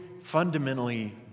fundamentally